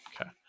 Okay